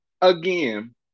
again